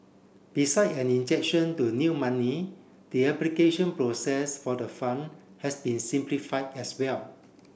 beside an injection to new money the application process for the fund has been simplified as well